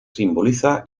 simboliza